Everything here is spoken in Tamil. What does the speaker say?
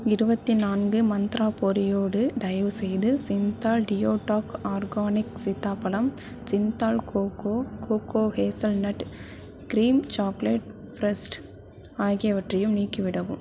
இருபத்தி நான்கு மந்த்ரா பொரியோடு தயவுசெய்து சிந்தால் டியோ டாக் ஆர்கானிக் சீதாப்பழம் Jindal cocoa cocoa hazelnut cream chocolate spreads ஆகியவற்றையும் நீக்கிவிடவும்